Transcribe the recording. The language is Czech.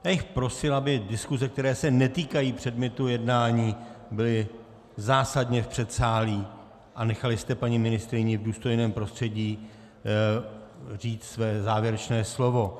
Já bych prosil, aby diskuse, které se netýkají předmětu jednání, byly zásadně v předsálí a nechali jste paní ministryni v důstojném prostředí říct své závěrečné slovo.